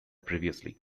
previously